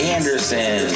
Anderson